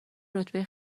رتبه